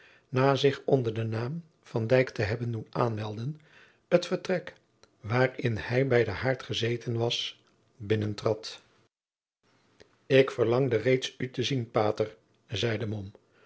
na zich onder den naam van van dijk te hebben doen aanmelden het vertrek waarin hij bij den haard gezeten was binnentrad ik verlangde reeds u te zien pater zeide